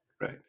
right